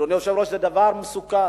אדוני היושב-ראש, זה דבר מסוכן.